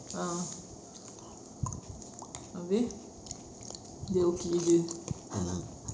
ah habis dia okay jer